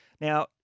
Now